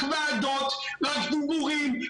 רק ועדות, רק דיבורים.